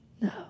no